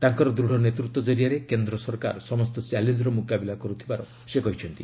ତାଙ୍କର ଦୃଢ଼ ନେତୃତ୍ୱ ଜରିଆରେ କେନ୍ଦ୍ର ସରକାର ସମସ୍ତ ଚ୍ୟାଲେଞ୍ଜର ମୁକାବିଲା କରୁଥିବାର ସେ କହିଛନ୍ତି